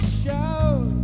shout